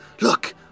Look